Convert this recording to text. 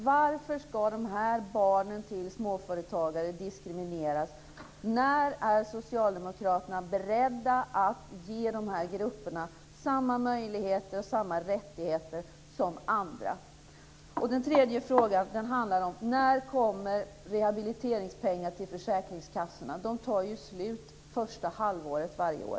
Varför ska barnen till småföretagare diskrimineras? När är socialdemokraterna beredda att ge de här grupperna samma möjligheter och samma rättigheter som andra? Den tredje frågan handlar om detta: När kommer det rehabiliteringspengar till försäkringskassorna? De tar ju slut första halvåret varje år.